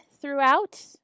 throughout